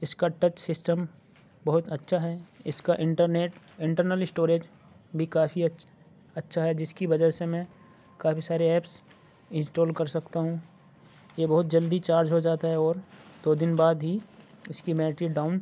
اِس کا touch system بہت اچھا ہے اِس کا انٹر نیٹ انٹرنل اسٹوریج بھی کافی اچھا ہے جس کی وجہ سے میں کافی سارے ایپس انسٹال کر سکتا ہوں یہ بہت جلدی چارج ہو جاتا ہے اور دو دِن بعد ہی اِس کی بیٹری ڈاؤن